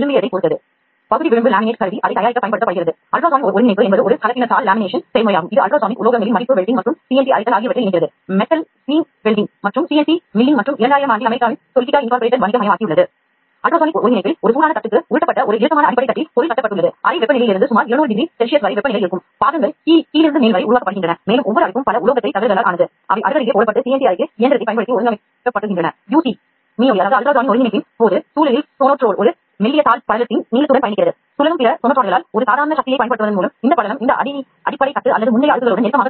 தொடக்கப் பொருளாக திரவம் அல்லது ஜெல் எடுத்து வெளியேற்று முனைதனை சுருக்கி பொருள் வெளியேற்றத்தை கட்டுப்படுத்தினால் உயர் தெளிவுத்திறன் அல்லது அம்சங்களுடன்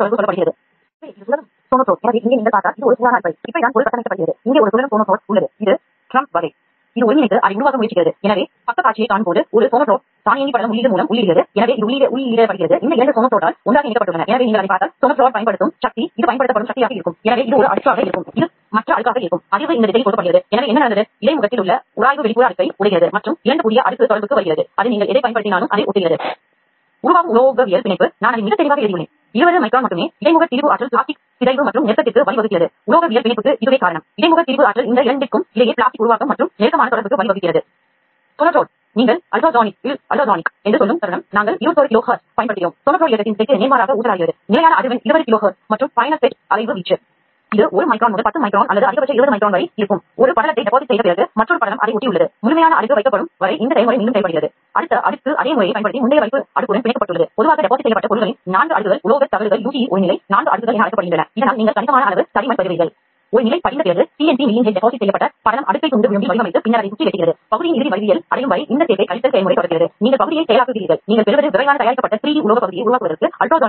கூடிய நிஜ பொருளுக்கு ஒப்பான பொருளை பெறலாம்